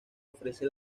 ofrece